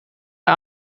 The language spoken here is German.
der